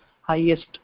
highest